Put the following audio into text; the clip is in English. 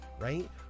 right